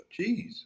Jeez